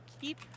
keep